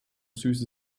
süße